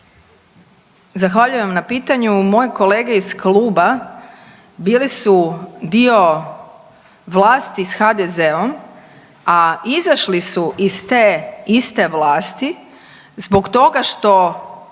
Zahvaljujem vam na pitanju. Moje kolege iz kluba bili su dio vlasti s HDZ-om, a izašli su iz te iste vlasti zbog toga što